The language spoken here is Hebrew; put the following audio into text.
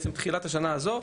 בעצם תחילת השנה הזו,